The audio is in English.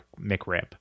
McRib